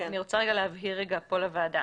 אני רוצה להבהיר לוועדה.